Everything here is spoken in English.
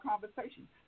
conversation